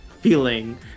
feeling